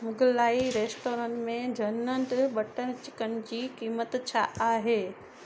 Mughlai restaurant में जनंतु butter chicken जी क़ीमत छा आहे